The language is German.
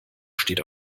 steht